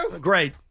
Great